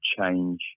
change